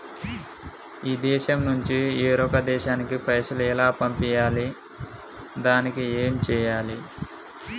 ఈ దేశం నుంచి వేరొక దేశానికి పైసలు ఎలా పంపియ్యాలి? దానికి ఏం చేయాలి?